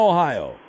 Ohio